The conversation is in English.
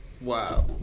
Wow